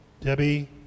Debbie